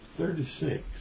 Thirty-six